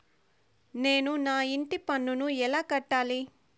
నేను నా ఇంటి పన్నును ఎలా కట్టాలి?